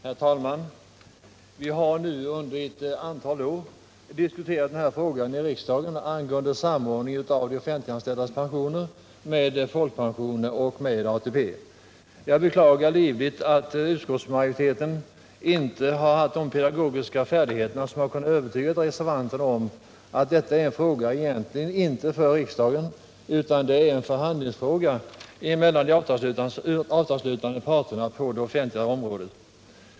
Herr talman! Vi har i riksdagen under ett antal år diskuterat frågan om samordningen av de offentliganställdas pensioner med folkpensionerna och ATP-pensionerna. Jag beklagar livligt att utskottsmajoriteten inte har haft sådana pedagogiska färdigheter att den kunnat övertyga reservanterna om att detta egentligen inte är en fråga för riksdagen utan en förhandlingsfråga mellan de avtalsslutande parterna på det offentliga området.